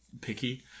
picky